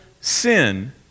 sin